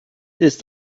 ist